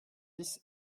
dix